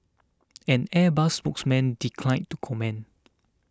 an Airbus spokesman declined to comment